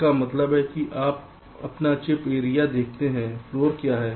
इसका मतलब है कि आप अपना चिप एरिया देखते हैं फ्लोर क्या है